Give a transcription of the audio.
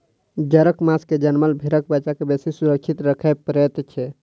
जाड़क मास मे जनमल भेंड़क बच्चा के बेसी सुरक्षित राखय पड़ैत छै